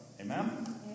Amen